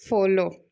follow